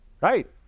right